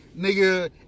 nigga